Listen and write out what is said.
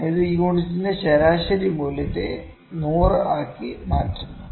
ഇത് യൂണിറ്റിന്റെ ശരാശരി മൂല്യത്തെ 100 ആക്കി മാറ്റുന്നു